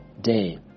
day